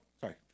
sorry